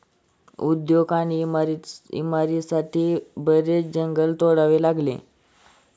उद्योग आणि इमारतींसाठी बरेच जंगल तोडावे लागले